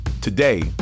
Today